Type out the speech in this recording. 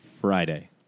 Friday